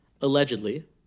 allegedly